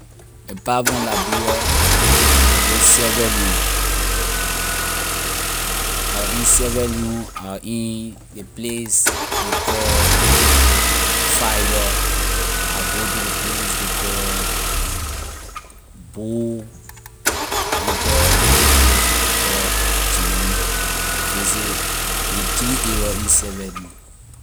Apart from liberia, I na go sierra leone I was in sierra leone I was in ley place ley call fiador I go to ley place ley call bo I enter ley place ley call jenema I visit ley three area in sierra leone